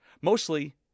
Mostly